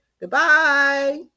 Goodbye